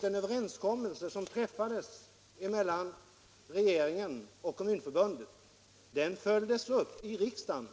Den överenskommelse som träffades mellan regeringen och Kommunförbundet följdes upp i riksdagen.